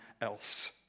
else